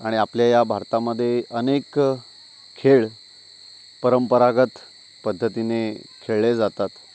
आणि आपल्या या भारतामध्ये अनेक खेळ परंपरागत पद्धतीने खेळले जातात